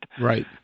Right